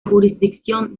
jurisdicción